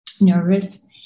nervous